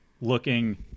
looking